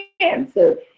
cancer